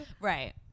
Right